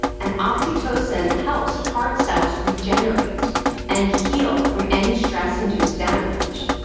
and oxytocin helps heart cells regenerate and heal from any stress-induced damage.